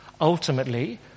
Ultimately